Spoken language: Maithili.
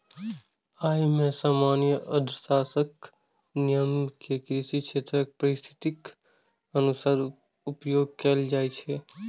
अय मे सामान्य अर्थशास्त्रक नियम कें कृषि क्षेत्रक परिस्थितिक अनुसार उपयोग कैल जाइ छै